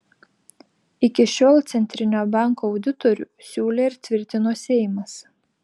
iki šiol centrinio banko auditorių siūlė ir tvirtino seimas